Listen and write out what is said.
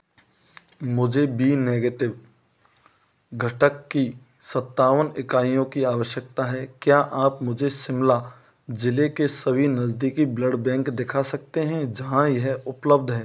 मुझे B negative घटक की सत्तावन इकाइयों की आवश्यकता है क्या आप मुझे शिमला जिले के सभी नज़दीकी ब्लड बैंक दिखा सकते हैं जहाँ यह उपलब्ध है